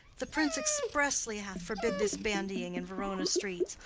the prince expressly hath forbid this bandying in verona streets.